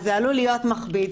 זה עלול להיות מכביד.